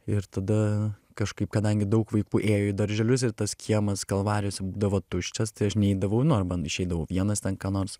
ir tada kažkaip kadangi daug vaikų ėjo į darželius ir tas kiemas kalvarijose būdavo tuščias tai aš neidavau nu arba išeidavau vienas ten ką nors